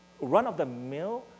run-of-the-mill